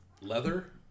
leather